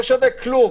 לא שווה כלום.